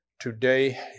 today